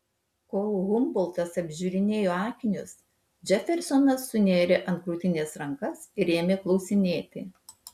kol humboltas apžiūrinėjo akinius džefersonas sunėrė ant krūtinės rankas ir ėmė klausinėti